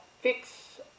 fix